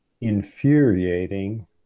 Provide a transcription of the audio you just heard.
infuriating